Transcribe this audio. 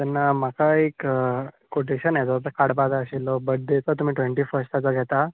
तेन्ना म्हाका एक कोटेशन हे काडपाक जाय आशिल्लो बड्डेचो तुमी ट्वॅण्टी फस्टाचो घेता